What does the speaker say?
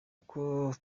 uko